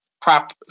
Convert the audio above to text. prop